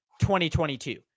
2022